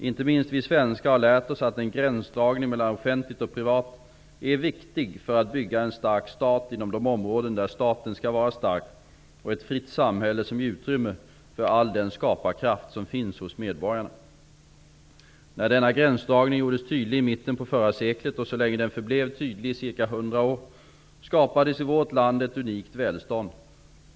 Inte minst vi svenskar har lärt oss att en gränsdragning mellan offentligt och privat är viktig för att bygga en stark stat inom de områden där staten skall vara stark, och ett fritt samhälle som ger utrymme för all den skaparkraft som finns hos medborgarna. När denna gränsdragning gjorde sig tydlig i mitten på förra seklet, och så länge den förblev tydlig -- under ca 100 år -- skapades i vårt land ett unikt välstånd.